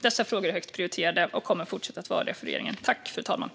Dessa frågor är högt prioriterade för regeringen och kommer att fortsätta att vara det.